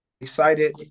excited